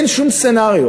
אין שום סצנריו